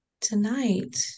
tonight